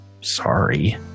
Sorry